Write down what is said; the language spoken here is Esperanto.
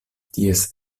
ties